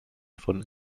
von